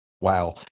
Wow